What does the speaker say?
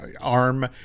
arm